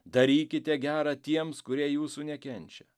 darykite gera tiems kurie jūsų nekenčia